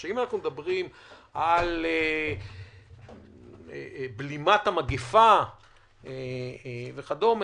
אם אנחנו מדברים על בלימת המגפה וכדומה,